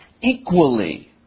equally